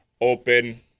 open